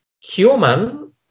human